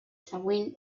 següent